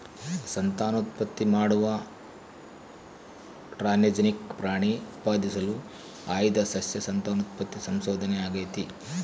ಸಂತಾನೋತ್ಪತ್ತಿ ಮಾಡುವ ಟ್ರಾನ್ಸ್ಜೆನಿಕ್ ಪ್ರಾಣಿ ಉತ್ಪಾದಿಸಲು ಆಯ್ದ ಸಸ್ಯ ಸಂತಾನೋತ್ಪತ್ತಿ ಸಂಶೋಧನೆ ಆಗೇತಿ